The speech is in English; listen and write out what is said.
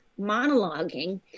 monologuing